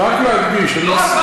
אני רוצה רק להדגיש,